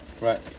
Right